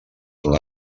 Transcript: una